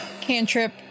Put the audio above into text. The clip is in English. cantrip